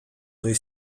той